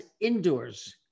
indoors